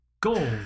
Gold